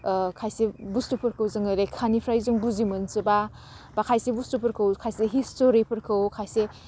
ओह खायसे बुस्थुफोरखौ जोङो लेखानिफ्राय जों बुजि मोनजोबा बा खायसे बुस्थुफोरखौ खायसे हिस्टरिफोरखौ खायसे